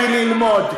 לכי ללמוד.